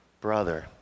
brother